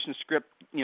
script